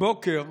הבוקר,